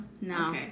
No